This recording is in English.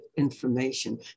information